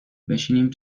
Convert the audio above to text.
بشینیم